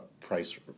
price